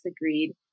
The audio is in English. agreed